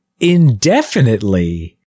indefinitely